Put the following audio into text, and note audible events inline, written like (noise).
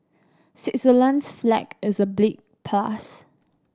Switzerland's flag is a (unintelligible) plus